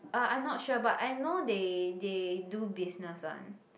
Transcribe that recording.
uh I'm not sure but I know they they do business one